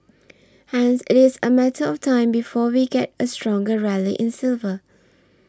hence it is a matter of time before we get a stronger rally in silver